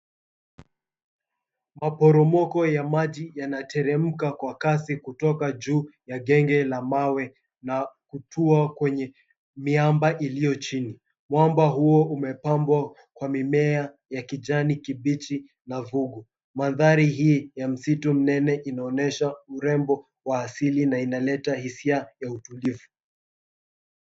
Maporomoko ya maji yanateremka kwa kasi kutoka juu ya genge la mawe na kutua kwenye miamba iliyo chini. Mwamba huo umepambwa kwa mimea ya kijani kibichi na vugu. Mandhari hii ya msitu mnene inaonyesha urembo wa asili na inaleta hisia ya utulivu.